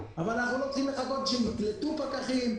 אבל אנחנו לא צריכים לחכות שיקלטו פקחים,